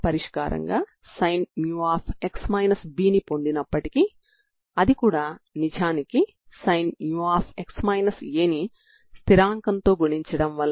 గా కలిగివుంటాను